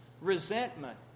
resentment